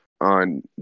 On